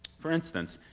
for instance,